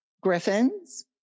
griffins